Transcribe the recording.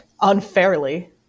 unfairly